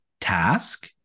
task